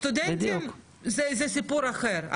סטודנטים זה סיפור אחר.